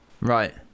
Right